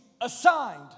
assigned